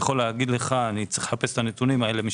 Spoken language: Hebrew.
צריך לחפש את הנתונים.